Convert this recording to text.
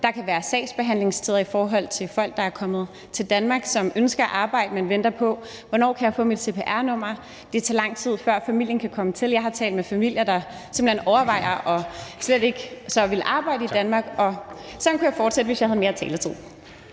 Der kan være sagsbehandlingstiderne i forbindelse med folk, der er kommet til Danmark, som ønsker at arbejde, men som venter på at få et cpr-nummer, og det tager lang tid, før familien kan komme til. Jeg har talt med familier, der simpelt hen overvejer slet ikke at ville arbejde i Danmark. Og sådan kunne jeg fortsætte, hvis jeg havde mere taletid.